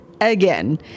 again